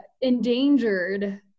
endangered